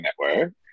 network